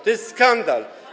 To jest skandal.